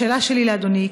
השאלה שלי לאדוני היא: